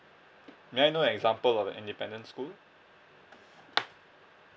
may I know example of independent school